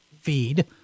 feed